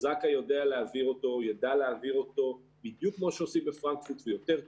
זכאי ידע להעביר אותו בדיוק כמו שעושים בפרנקפורט ויותר טוב,